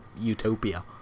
utopia